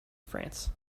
france